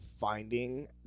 finding